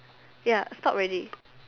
ya stop already